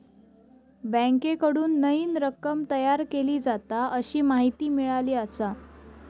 बँकेकडून नईन रक्कम तयार केली जाता, अशी माहिती मिळाली आसा